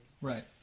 right